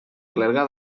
clergue